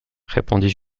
répondit